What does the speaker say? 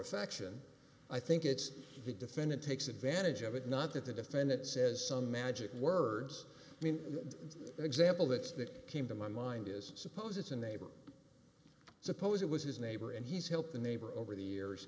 affection i think it's the defendant takes advantage of it not that the defendant says some magic words i mean the example that came to my mind is suppose it's a neighbor suppose it was his neighbor and he's helped the neighbor over the years